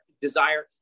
desire